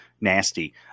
nasty